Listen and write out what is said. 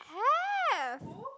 have